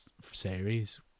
series